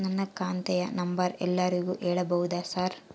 ನನ್ನ ಖಾತೆಯ ನಂಬರ್ ಎಲ್ಲರಿಗೂ ಹೇಳಬಹುದಾ ಸರ್?